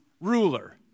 ruler